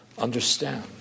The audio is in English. understand